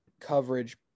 coverage